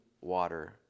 water